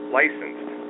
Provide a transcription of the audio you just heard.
licensed